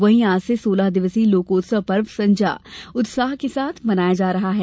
वहीं आज से सोलह दिवसीय लोकोत्सव पर्व संजा उत्साह के साथ मनाया जा रहा है